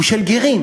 הוא של גרים.